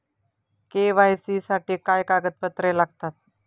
KYC साठी काय कागदपत्रे लागतात?